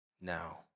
now